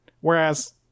whereas